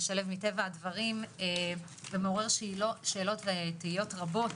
משלב מטבע הדברים ומעורר שאלות ותהיות רבות.